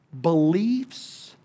beliefs